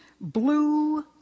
blue